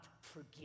forgive